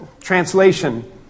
translation